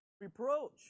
reproach